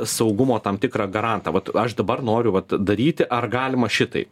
saugumo tam tikrą garantą vat aš dabar noriu vat daryti ar galima šitaip